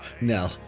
No